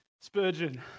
Spurgeon